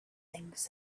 things